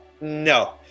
no